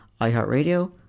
iHeartRadio